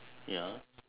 ya